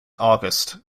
august